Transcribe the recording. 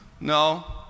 No